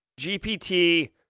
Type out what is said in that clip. GPT